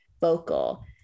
vocal